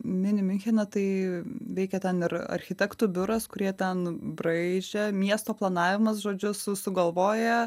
mini miunchene tai veikia ten ir architektų biuras kurie ten braižė miesto planavimas žodžiu su sugalvoja